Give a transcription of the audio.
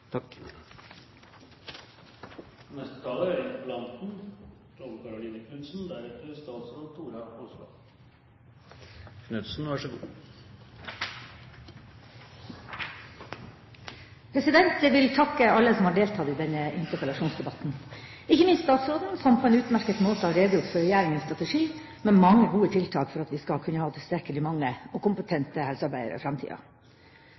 Jeg vil takke alle som har deltatt i denne interpellasjonsdebatten, ikke minst statsråden, som på en utmerket måte har redegjort for regjeringas strategi med mange gode tiltak, slik at vi skal kunne ha tilstrekkelig mange og kompetente helsearbeidere i framtida.